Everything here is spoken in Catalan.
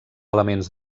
elements